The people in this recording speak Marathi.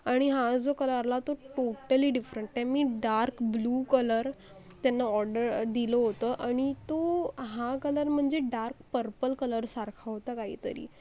अणि हा जो कलर आला तो टोटली डिफरंट आहे त्यांनी डार्क ब्लू कलर त्यांना ऑर्डर दिलं होतं आणि तो हा कलर मंजे डार्क पर्पल कलरसारखा होता काहीतरी